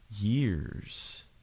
years